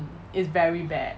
mm is very bad